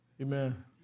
Amen